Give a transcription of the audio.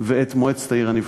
ואת מועצת העיר הנבחרת.